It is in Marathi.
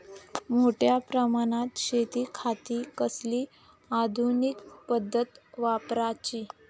मोठ्या प्रमानात शेतिखाती कसली आधूनिक पद्धत वापराची?